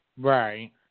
Right